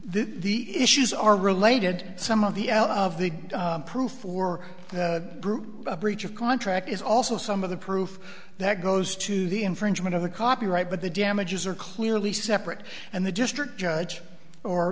the issues are related some of the out of the proof for that group a breach of contract is also some of the proof that goes to the infringement of the copyright but the damages are clearly separate and the district judge or